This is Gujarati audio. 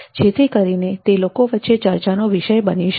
જેથી કરીને તે લોકો વચ્ચે ચર્ચાનો વિષય બની શકે